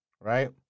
right